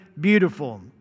beautiful